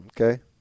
Okay